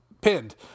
pinned